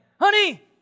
Honey